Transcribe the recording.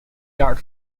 guard